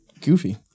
Goofy